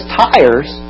tires